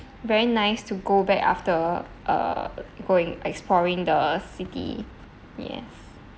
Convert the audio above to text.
very nice to go back after uh going exploring the city yes